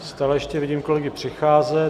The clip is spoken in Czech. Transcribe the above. Stále ještě vidím kolegy přicházet.